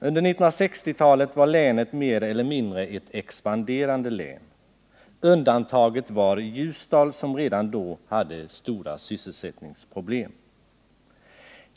Under 1960-talet var länet mer eller mindre ett expanderande län. Undantaget var Ljusdal som redan då hade stora sysselsättningsproblem.